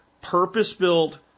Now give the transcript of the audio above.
purpose-built